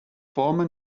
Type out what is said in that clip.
former